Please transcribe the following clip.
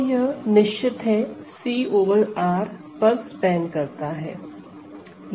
तो यह निश्चित है C ओवर R पर स्पेन करता हैं